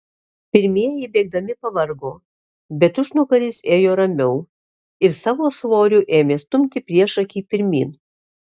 pirmieji bėgdami pavargo bet užnugaris ėjo ramiau ir savo svoriu ėmė stumti priešakį pirmyn